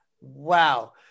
Wow